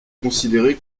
considéré